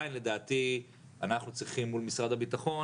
עדיין לדעתי אנחנו צריכים מול משרד הביטחון